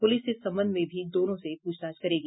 police इस संबंध में भी दोनों से पूछताछ करेगी